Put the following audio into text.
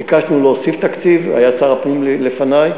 ביקשנו להוסיף תקציב, היה שר הפנים לפני.